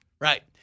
Right